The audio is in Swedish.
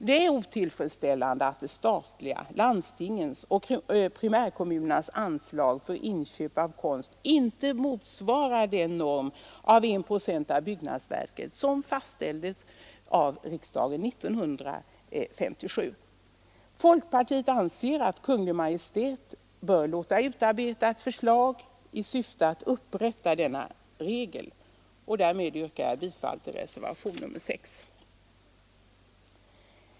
Det är otillfredsställande att statens, landstingens och primärkommunernas anslag för inköp av konst inte motsvarar den norm av 1 procent av byggnadsvärdet som fastställdes av riksdagen 1957. Folkpartiet anser att Kungl. Maj:t bör låta utarbeta förslag i syfte att upprätthålla denna regel. Jag yrkar därmed bifall till reservationen 6.